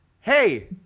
hey